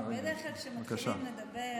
בדרך כלל כשמתחילים לדבר,